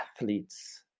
athletes